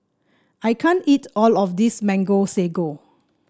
I can't eat all of this Mango Sago